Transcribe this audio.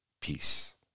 Peace